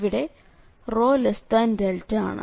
ഇവിടെ ρδ ആണ്